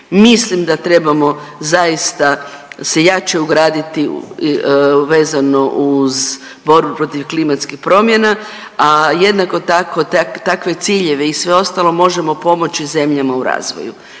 mislim da trebamo zaista se jače ugraditi vezano uz borbu protiv klimatskih promjena, a jednako tako takve ciljeve i sve ostalo možemo pomoći zemljama u razvoju.